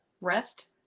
rest